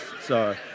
Sorry